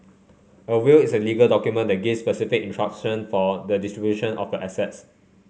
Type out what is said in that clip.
a will is a legal document that gives specific instruction for the distribution of your assets